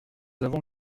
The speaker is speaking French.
avons